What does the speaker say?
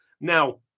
Now